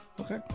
okay